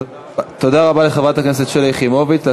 תודה רבה לחברת הכנסת שלי יחימוביץ.